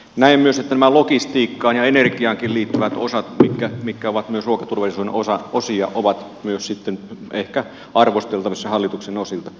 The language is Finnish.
näen myös että logistiikkaan ja energiaankin liittyvät osat mitkä ovat myös ruokaturvallisuuden osia ovat myös sitten ehkä arvosteltavissa hallituksen osilta